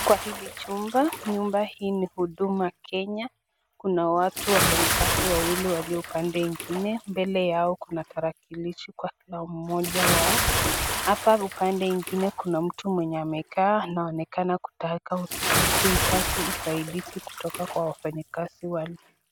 Kwa hili chumba nyumba hii ni huduma kenya kuwa watu wafanyikazi wawili waliyo upande mwingine mbele yao kuna darakilishi Kila moja wao, hapa upande ingine kuna mtu mwenye amekaa anaonekana kuitaji usadizi kutoka wafanyikazi.